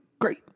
great